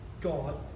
God